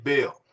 Bill